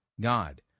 god